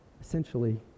essentially